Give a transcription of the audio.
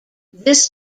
this